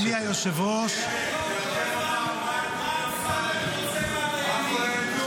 כבוד אדוני היושב-ראש -- לא הבנו מה השר אמסלם רוצה מהדיינים.